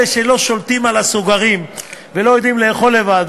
אלה שלא שולטים על הסוגרים ולא יודעים לאכול לבד,